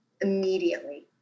immediately